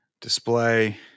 display